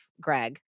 Greg